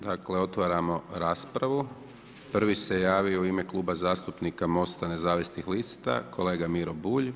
Dakle otvaramo raspravu, prvi se javio u ime Kluba zastupnika MOST-a nezavisnih lista kolega Miro Bulj.